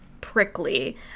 prickly